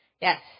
Yes